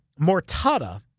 Mortada